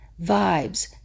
vibes